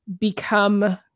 become